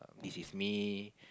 this is me